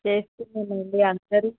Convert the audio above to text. అందరూ